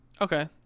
Okay